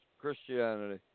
Christianity